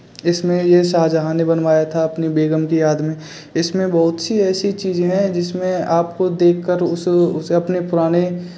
इसमें ये शाहजहां ने बनवाया था अपने बेगम की याद में इसमें बहुत सी ऐसी चीज़ें हैं जिसमें आप को देख कर उसे उसे अपने पुराने समय